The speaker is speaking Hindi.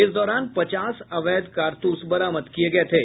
इस दौरान पचास अवैध कारतूस बरामद किये गये थे